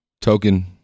Token